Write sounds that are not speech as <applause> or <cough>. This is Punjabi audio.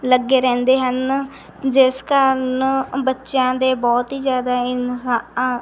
ਲੱਗੇ ਰਹਿੰਦੇ ਹਨ ਜਿਸ ਕਾਰਨ ਬੱਚਿਆਂ ਦੇ ਬਹੁਤ ਹੀ ਜ਼ਿਆਦਾ <unintelligible>